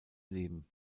leben